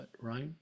right